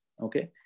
okay